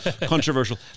controversial